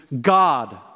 God